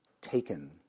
taken